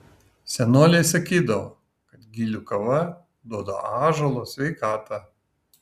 senoliai sakydavo kad gilių kava duoda ąžuolo sveikatą